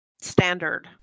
standard